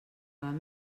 van